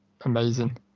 amazing